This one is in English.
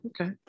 okay